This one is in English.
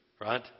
Right